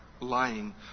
Lying